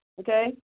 Okay